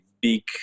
big